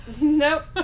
Nope